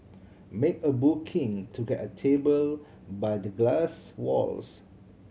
make a booking to get a table by the glass walls